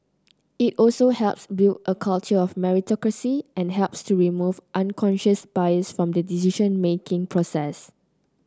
it also helps build a culture of meritocracy and helps to remove unconscious bias from the decision making process